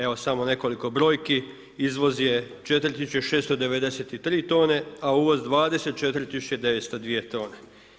Evo samo nekoliko brojki, izvoz je 4693 tone a uvoz 24902 tone.